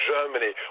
Germany